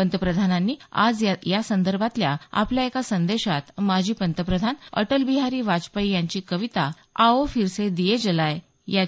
पंतप्रधानांनी आज या संदर्भातील आपल्या एका संदेशात माजी पंतप्रधान अटल बिहारी वाजपेयी यांची कविता आओ फिर से दिये जलाए